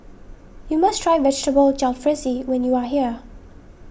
you must try Vegetable Jalfrezi when you are here